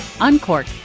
uncork